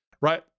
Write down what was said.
right